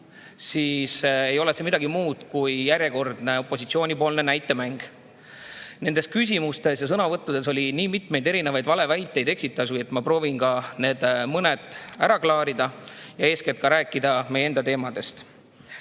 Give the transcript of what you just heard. ei ole see midagi muud kui järjekordne opositsiooni näitemäng. Nendes küsimustes ja sõnavõttudes oli nii mitmeid valeväiteid ja eksitusi, et ma proovin mõned ära klaarida, ja eeskätt rääkida meie enda teemadest.